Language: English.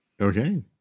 Okay